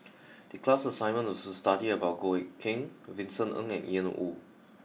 the class assignment was to study about Goh Eck Kheng Vincent Ng and Ian Woo